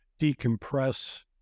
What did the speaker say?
decompress